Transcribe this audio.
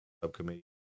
subcommittee